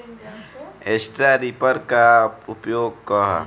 Straw reaper क का उपयोग ह?